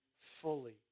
fully